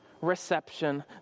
reception